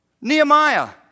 Nehemiah